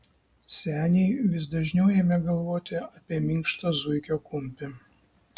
seniai vis dažniau ėmė galvoti apie minkštą zuikio kumpį